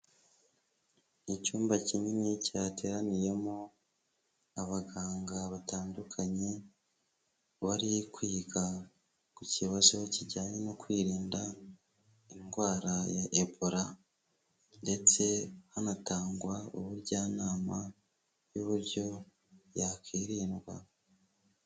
Icyumba kinini cyateraniyemo abaganga batandukanye, bari kwiga ku kibazo kijyanye no kwirinda indwara ya Ebola, ndetse hanatangwa ubujyanama n'uburyo yakwirindwa.